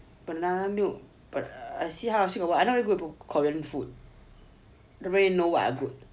banana milk but I see how still got what Korean food